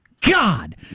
God